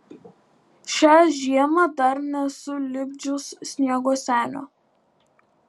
šią žiemą dar nesu lipdžius sniego senio